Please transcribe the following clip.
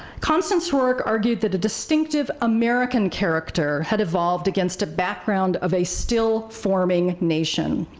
constance rourke argued that the distinctive american character had evolved against a background of a still-forming nation.